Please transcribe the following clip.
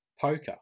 Poker